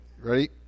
ready